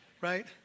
right